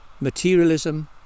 materialism